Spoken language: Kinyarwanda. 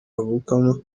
avukamo